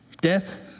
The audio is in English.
Death